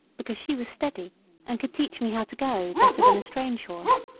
because she was steady and could teach me how to go better than a strange horse.